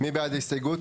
מי בעד הסתייגות?